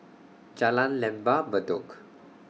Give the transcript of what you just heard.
Jalan Lembah Bedok